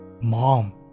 Mom